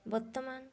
ବର୍ତ୍ତମାନ